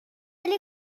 خیلی